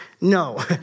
No